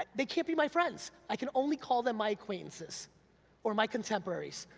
they can't be my friends, i can only call them my acquaintances or my contemporaries.